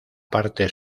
parte